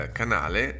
canale